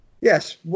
Yes